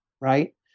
Right